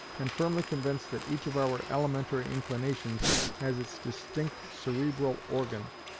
and firmly convinced that each of our elementary inclinations has its distinct cerebral organ,